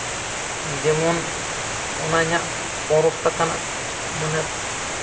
ᱡᱮᱢᱚᱱ ᱚᱱᱟ ᱤᱧᱟᱹᱜ ᱯᱚᱱᱮᱨᱚᱥᱚ ᱴᱟᱠᱟ ᱨᱮᱱᱟᱜ ᱢᱟᱱᱮ